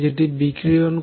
যেটি বিকিরণ করে